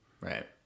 Right